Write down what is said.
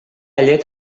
llet